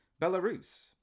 Belarus